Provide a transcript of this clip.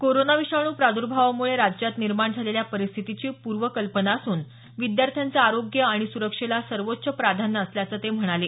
corona विषाणू प्रादुर्भावामुळे राज्यात निर्माण झालेल्या परिस्थितीची पूर्ण कल्पना असून विद्यार्थ्यांचं आरोग्य आणि सुरक्षेला सर्वोच्च प्राधान्य असल्याचं ते म्हणाले